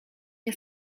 nie